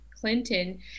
Clinton